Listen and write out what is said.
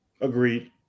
Agreed